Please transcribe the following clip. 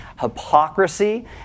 hypocrisy